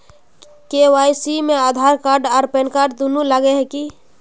KYC में Aadhaar card आर PAN card दुनू लगे है की?